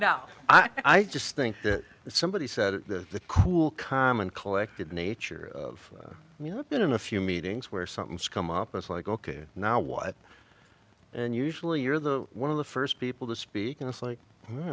just think if somebody said that the cool calm and collected nature of you know i've been in a few meetings where something has come up as like ok now what and usually you're the one of the first people to speak and it's like